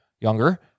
younger